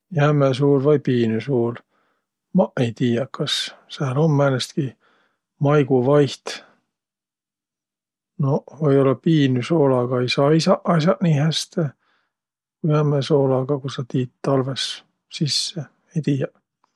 Jämme suul vai piinü suul? Maq ei tiiäq, kas sääl um määnestki maigu vaiht. Noq, või-ollaq piinü soolaga ei saisaq as'aq nii häste ku jämme soolaga, ku sa tiit talvõs sisse. Ei tiiäq.